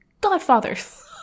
godfathers